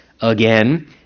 again